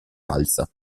alza